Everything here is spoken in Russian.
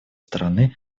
стороны